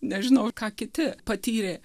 nežinau ir ką kiti patyrė